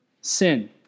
sin